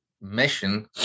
mission